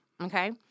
Okay